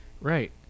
Right